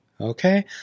okay